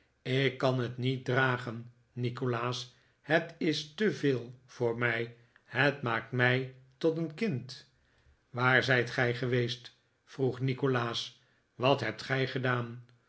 ik kan het niet dragen nikolaas het is te veel voor mij het maakt mij tot een kind waar zijt gij geweest vroeg nikolaas wat hebt gij gedaan